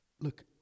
Look